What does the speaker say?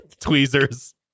Tweezers